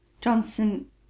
Johnson